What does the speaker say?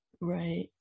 Right